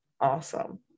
awesome